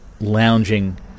lounging